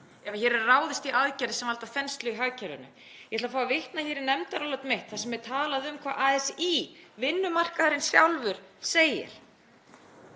ef hér er ráðist í aðgerðir sem valda þenslu í hagkerfinu. Ég ætla að fá að vitna í nefndarálit mitt þar sem ég talaði um hvað ASÍ, vinnumarkaðurinn sjálfur, segir,